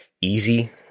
easy